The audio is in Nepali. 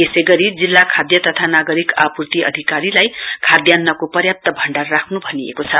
यसै गरी जिल्ला खाद्य तथा नागरिक आपूर्ति अधिकारीलाई खाद्यान्नको पर्याप्त भण्डार राख्र भनिएको छ